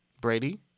Brady